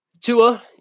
Tua